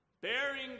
bearing